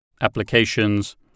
applications